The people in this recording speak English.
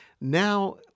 now